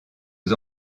aux